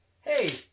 Hey